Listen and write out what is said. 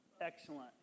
Excellent